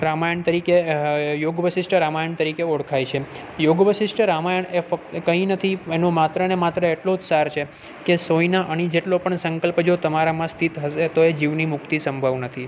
રામાયણ તરીકે યોગ વશિષ્ઠ રામાયણ તરીકે ઓળખાય છે એમ યોગ વશિષ્ઠ રામાયણ એ ફક્ત કંઈ નથી એનો માત્રને માત્ર એટલો જ સાર છે કે સોયના અણી જેટલો પણ સંકલ્પ જો તમારામાં સ્થિત હશે તોય જીવની મુક્તિ સંભવ નથી